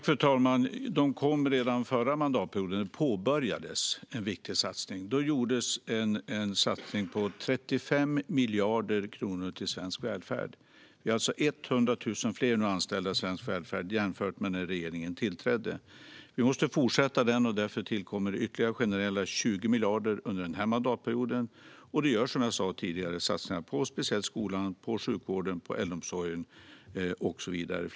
Fru talman! En viktig satsning påbörjades redan den förra mandatperioden. Då gjordes en satsning på 35 miljarder kronor till svensk välfärd. Vi har nu 100 000 fler anställda i den svenska välfärden jämfört med när regeringen tillträdde. Vi måste fortsätta med detta, och därför tillkommer det ytterligare generella 20 miljarder under den här mandatperioden. Som jag sa tidigare görs det flera satsningar speciellt på skolan, sjukvården, äldreomsorgen och så vidare.